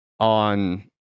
On